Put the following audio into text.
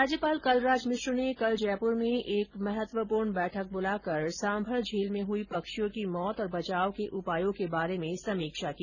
राज्यपाल कलराज मिश्र ने कल जयपुर में एक महत्वपूर्ण बैठक बुलाकर सांभर में हुई पक्षियों की मौत और बचाव के उपायों के बारे में समीक्षा की